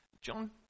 john